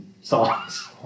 songs